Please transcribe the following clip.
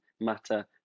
matter